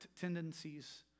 tendencies